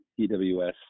EWS